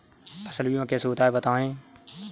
फसल बीमा कैसे होता है बताएँ?